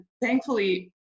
thankfully